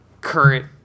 current